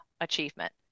achievement